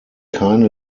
keine